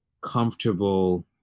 comfortable